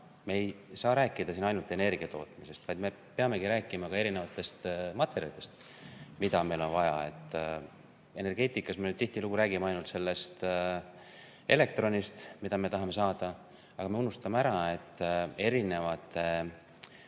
me ei saa rääkida siin ainult energiatootmisest, vaid me peame rääkima ka materjalidest, mida meil on vaja. Energeetikas me tihtilugu räägime ainult sellest elektronist, mida me tahame saada, aga me unustame ära, et erinevate